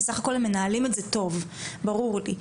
ובסך הכול הם מנהלים את זה טוב, ברור לי.